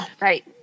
Right